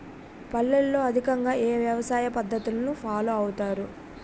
పల్లెల్లో అధికంగా ఏ వ్యవసాయ పద్ధతులను ఫాలో అవతారు?